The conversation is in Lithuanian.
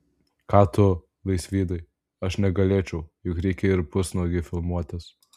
ką tu laisvydai aš negalėčiau juk reikia ir pusnuogei filmuotis